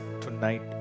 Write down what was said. tonight